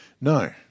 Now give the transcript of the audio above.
No